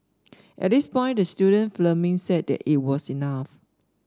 at this point the student filming said that it was enough